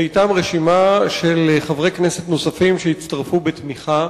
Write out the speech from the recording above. ואתם רשימה של חברי כנסת נוספים שהצטרפו בתמיכה.